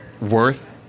worth